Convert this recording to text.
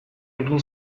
ekin